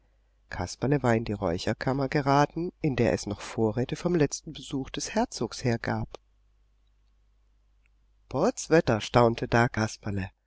kasperle war in die räucherkammer geraten in der es noch vorräte vom letzten besuch des herzogs her gab potzwetter staunte da kasperle